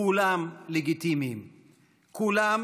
כולם לגיטימיים, כולם